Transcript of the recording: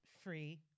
free